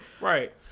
right